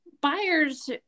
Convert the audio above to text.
buyers